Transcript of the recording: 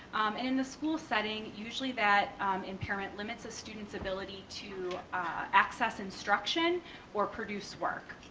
and in the school setting usually that impairment limits a student's ability to access instruction or produce work.